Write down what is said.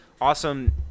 awesome